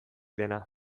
dena